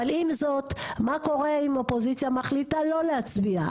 אבל עם זאת מה קורה אם אופוזיציה מחליטה לא להצביע?